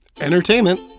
entertainment